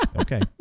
Okay